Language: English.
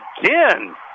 again